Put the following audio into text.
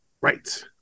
Right